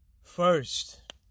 First